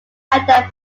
held